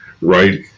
right